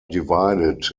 divided